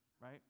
right